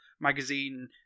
magazine